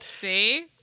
See